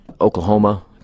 Oklahoma